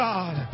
God